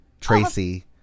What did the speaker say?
Tracy